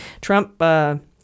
Trump